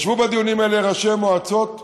ישבו בדיונים האלה ראשי מועצות והתעניינו,